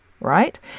right